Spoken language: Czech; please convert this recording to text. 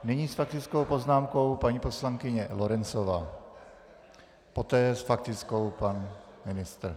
Nyní s faktickou poznámkou paní poslankyně Lorencová, poté s faktickou pan ministr.